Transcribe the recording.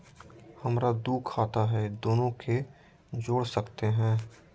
हमरा दू खाता हय, दोनो के जोड़ सकते है?